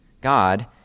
God